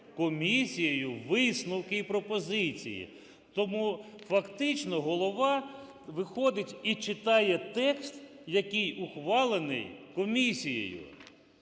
комісією висновки і пропозиції. Тому, фактично, голова виходить і читає текст, який ухвалений комісією,